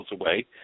away